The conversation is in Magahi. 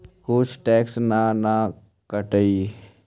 कुछ टैक्स ना न कटतइ?